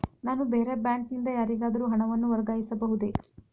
ನಾನು ಬೇರೆ ಬ್ಯಾಂಕ್ ನಿಂದ ಯಾರಿಗಾದರೂ ಹಣವನ್ನು ವರ್ಗಾಯಿಸಬಹುದೇ?